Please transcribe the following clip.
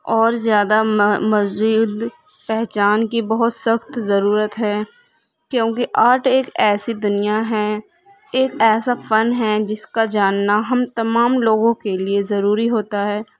اور زیادہ مزید پہچان کی بہت سخت ضرورت ہے کیونکہ آرٹ ایک ایسی دنیا ہیں ایک ایسا فن ہیں جس کا جاننا ہم تمام لوگوں کے لیے ضروری ہوتا ہے